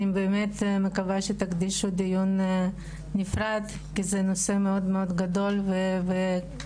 אני באמת מקווה שתקדישו דיון נפרד כי זה נושא מאוד מאוד גדול וכואב,